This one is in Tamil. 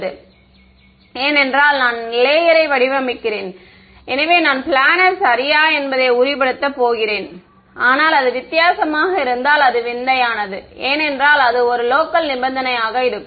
மாணவர் ஏனென்றால் நான் லேயரை வடிவமைக்கிறேன் எனவே நான் பிளானர் சரியா என்பதை உறுதிப்படுத்தப் போகிறேன் ஆனால் அது வித்தியாசமாக இருந்தால் அது விந்தையானது ஏனென்றால் அது ஒரு லோக்கல் நிபந்தனையாக இருக்கும்